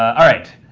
all right.